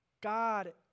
God